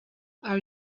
our